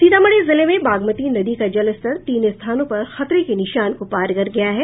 सीतामढ़ी जिले में बागमती नदी का जलस्तर तीन स्थानों पर खतरे के निशान को पार कर गया है